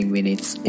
Minutes